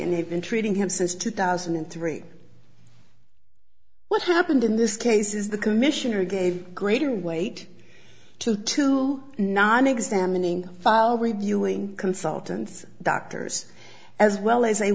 and they've been treating him since two thousand and three what happened in this case is the commissioner gave greater weight to two non examining file reviewing consultants doctors as well as